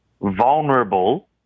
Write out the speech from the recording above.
vulnerable